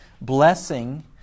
Blessing